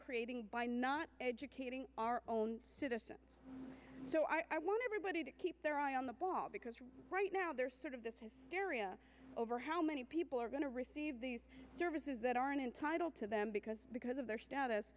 creating by not educating our own so i want everybody to keep their eye on the ball because right now they're sort of the area over how many people are going to receive these services that aren't entitle to them because because of their status